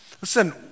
listen